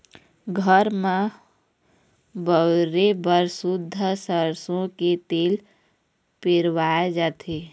घर म बउरे बर सुद्ध सरसो के तेल पेरवाए जाथे